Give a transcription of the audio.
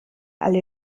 alle